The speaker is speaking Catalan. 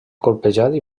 colpejat